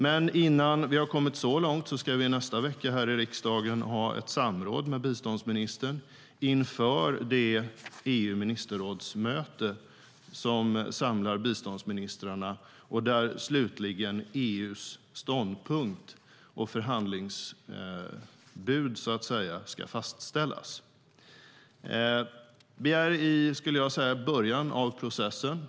Men innan vi kommit så långt ska vi nästa vecka här i riksdagen ha ett samråd med biståndsministern inför det EU-ministerrådsmöte som samlar biståndsministrarna och där slutligen EU:s ståndpunkt och förhandlingsbud ska fastställas. Vi är i början av processen.